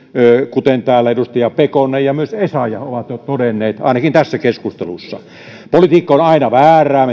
kuten täällä edustaja pekonen ja myös essayah ovat jo todenneet ainakin tässä keskustelussa politiikka on aina väärää